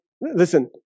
Listen